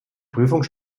prüfung